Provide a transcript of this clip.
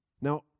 now